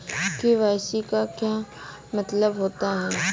KYC का क्या मतलब होता है?